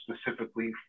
specifically